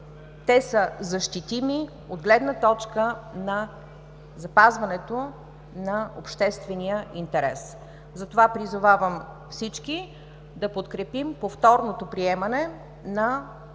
Те са защитими от гледна точка на запазването на обществения интерес. Затова призовавам всички да подкрепим повторното приемане на